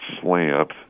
slant